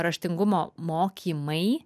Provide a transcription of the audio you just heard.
raštingumo mokymai